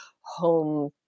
home